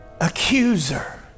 Accuser